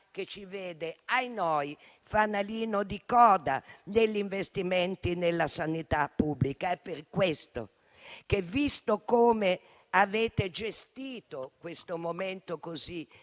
che ci vede - ahinoi - fanalino di coda negli investimenti in sanità pubblica. Per questo, visto come avete gestito questo momento così